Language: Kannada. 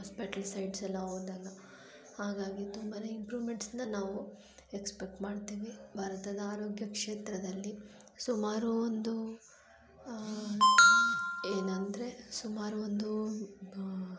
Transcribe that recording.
ಹಾಸ್ಪೆಟ್ಲ್ ಸೈಡ್ಸೆಲ್ಲ ಹೋದಾಗ ಹಾಗಾಗಿ ತುಂಬಾ ಇಂಪ್ರೂವ್ಮೆಂಟ್ಸನ್ನ ನಾವು ಎಕ್ಸ್ಪೆಕ್ಟ್ ಮಾಡ್ತೀವಿ ಭಾರತದ ಆರೋಗ್ಯ ಕ್ಷೇತ್ರದಲ್ಲಿ ಸುಮಾರು ಒಂದು ಏನಂದರೆ ಸುಮಾರು ಒಂದು